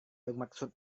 bermaksud